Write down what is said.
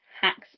hacks